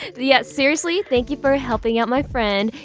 yeah seriously, thank you for helping out my friend,